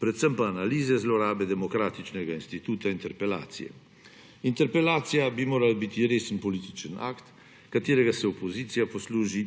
predvsem pa analize zlorabe demokratičnega instituta interpelacije. Interpelacija bi morala biti resen politični akt, katerega se opozicija posluži